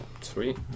Sweet